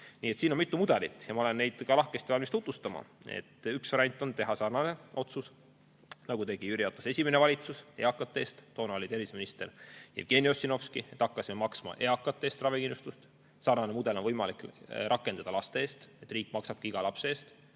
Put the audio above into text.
siin on mitu mudelit ja ma olen lahkesti valmis neid tutvustama. Üks variant on teha sarnane otsus, nagu tegi Jüri Ratase esimene valitsus eakate eest. Toona oli terviseminister Jevgeni Ossinovski, siis me hakkasime maksma eakate eest ravikindlustust. Sarnane mudel on võimalik rakendada nii, et riik maksab iga lapse eest